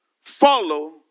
follow